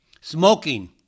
Smoking